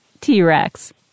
T-Rex